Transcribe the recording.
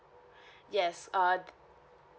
yes uh